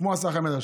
כמו השר חמד עמאר,